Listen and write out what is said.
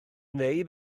neu